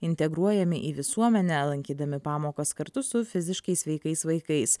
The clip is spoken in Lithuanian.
integruojami į visuomenę lankydami pamokas kartu su fiziškai sveikais vaikais